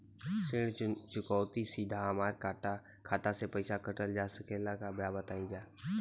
ऋण चुकौती सीधा हमार खाता से पैसा कटल जा सकेला का बताई जा?